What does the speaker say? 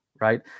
right